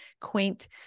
quaint